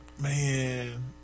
man